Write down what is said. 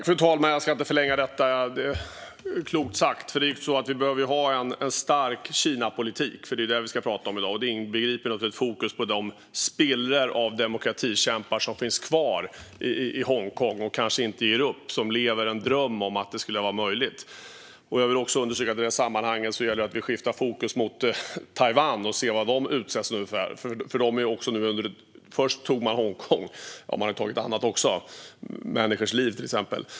Fru talman! Jag ska inte förlänga detta. Det var klokt sagt. Vi behöver ha en stark Kinapolitik - det är det vi ska prata om i dag - och det inbegriper ett fokus på de spillror av demokratikämpar som finns kvar i Hongkong, som kanske inte ger upp och som har en dröm om att detta är möjligt. Jag vill understryka att det i det sammanhanget gäller att vi skiftar fokus mot Taiwan och ser vad de nu utsätts för. Först tog man Hongkong - ja, man har tagit annat också: människors liv, till exempel.